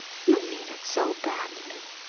you need it so badly.